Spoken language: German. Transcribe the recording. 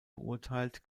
beurteilt